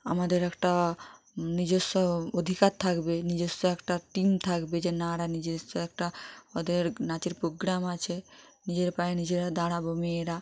আমাদের একটা নিজস্ব অধিকার থাকবে নিজস্ব একটা টিম থাকবে যে না এরা নিজস্ব একটা ওদের নাচের প্রোগ্রাম আছে নিজের পায়ে নিজেরা দাঁড়াব মেয়েরা